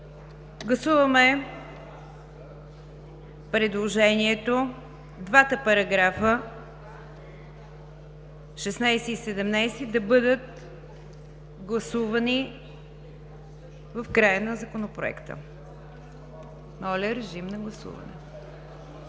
Гласуваме предложението двата параграфа 16 и 17 да бъдат гласувани в края на Законопроекта. (Шум и реплики.) Гласуваме